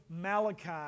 Malachi